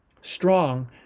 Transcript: strong